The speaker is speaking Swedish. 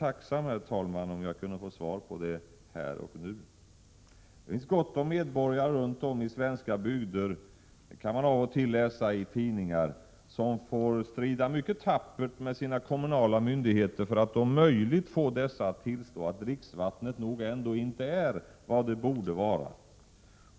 Jag skulle vara tacksam om jag kunde få ett svar här och nu. Det finns gott om medborgare runt om i svenska bygder — det kan man då och då läsa om i tidningarna — som måst strida tappert med sina kommunala myndigheter för att om möjligt få dessa att tillstå att dricksvattnet nog ändå inte är vad det borde vara.